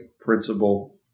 principle